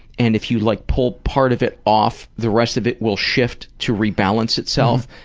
and if you like pull part of it off the rest of it will shift to rebalance itself?